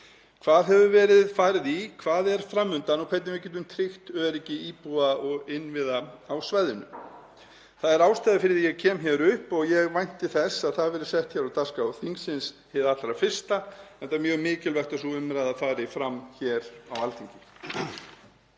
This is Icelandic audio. hvað hefur verið farið í, hvað er fram undan og hvernig við getum tryggt öryggi íbúa og innviða á svæðinu. Það er ástæðan fyrir að ég kem hér upp og ég vænti þess að þetta verði sett á dagskrá þingsins hið allra fyrsta enda mjög mikilvægt að sú umræða fari fram hér á Alþingi.